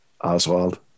Oswald